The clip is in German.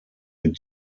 mit